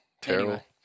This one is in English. Terrible